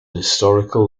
historical